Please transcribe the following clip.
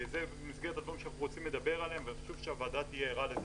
זה במסגרת הדברים שאנחנו רוצים לדבר עליהם וחשוב שהוועדה תהיה ערה לזה.